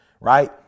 right